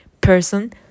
person